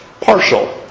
partial